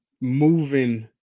moving